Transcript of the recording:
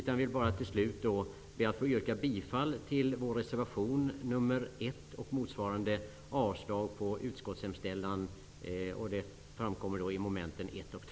Jag vill bara till sist yrka bifall till vår reservation nr 1